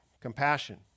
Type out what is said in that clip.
Compassion